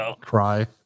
cry